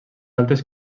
altes